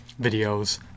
videos